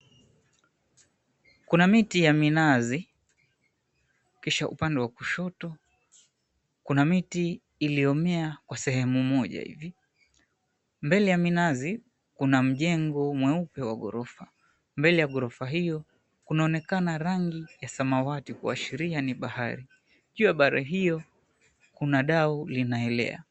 Kuna miti ya minazi. Kisha upande wa kushoto kuna miti iliyomea kwa sehemu moja hivi. Mbele ya minazi kuna mjengo mweupe wa ghorofa. Mbele ya ghorofa hiyo kunaonekana rangi ya samawati kuashiria ni bahari. Juu ya bahari hiyo kuna dau linaelea.